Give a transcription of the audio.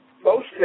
Mostly